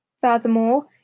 Furthermore